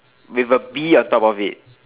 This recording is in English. with a bee on top of it